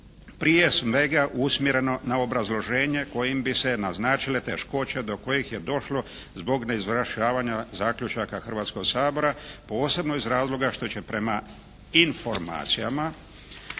prije svega usmjereno na obrazloženje kojim bi se naznačile teškoće do kojih je došlo zbog neizvršavanja zaključaka Hrvatskog sabora posebno iz razloga što će prema informacijama